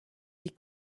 die